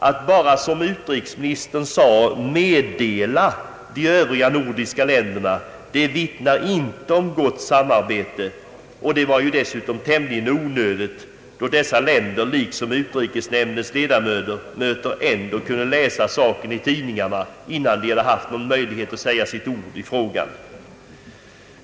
Att bara, som utrikesministern sade, meddela de övriga nordiska länderna vittnar inte om gott samarbete, och det var dessutom tämligen onödigt då dessa länder liksom utrikesnämndens ledamöter ändå kunde läsa om beslutet i dagstidningarna innan de haft någon möjlighet att säga sitt ord i frågan.